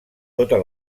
totes